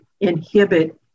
inhibit